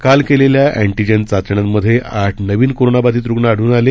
काल केलेल्या अँटीजेन चाचण्यांमध्ये आठ नवीन कोरोना बाधित रुग्ण आढळून आले